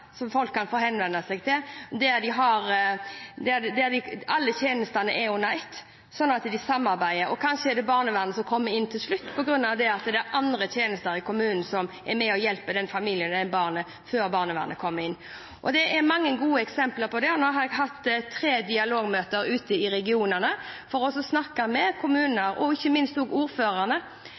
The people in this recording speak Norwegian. som har et godt barnevern og et godt tverretatlig samarbeid. Jeg kunne nevnt Røyken kommune. Jeg kunne nevnt Horten kommune. Der har de én plass folk kan henvende seg der alle tjenestene er under ett, sånn at de samarbeider. Kanskje kommer barnevernet inn til slutt på grunn av at det er andre tjenester i kommunen som er med og hjelper den familien og det barnet, før barnevernet kommer inn. Det er mange gode eksempler på det. Jeg har nå hatt tre dialogmøter ute i regionene for å snakke med kommunene og